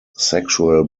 sexual